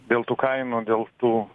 dėl tų kainų dėl tų